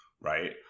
right